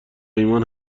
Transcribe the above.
ایمان